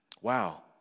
Wow